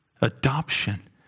adoption